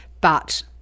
But-